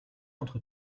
entre